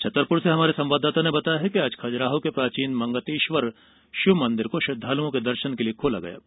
छतरपुर से हमारे संवाददाता ने बताया कि आज खजुराहो के प्राचीन मतंगेश्वर शिव मंदिर को श्रद्वालुओं के दर्शन के लिए खोला गया है